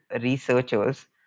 researchers